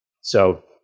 So-